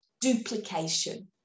duplication